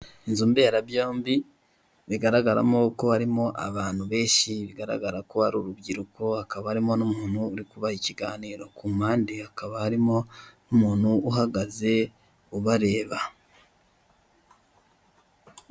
Inzu mbera byombi bigaragaramo ko harimo abantu benshi bagaragara ko hari urubyiruko hakaba harimo n'umuntu uri kubaha ikiganiro ku mpande hakaba harimo n'umuntu uhagaze ubareba.